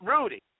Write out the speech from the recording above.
Rudy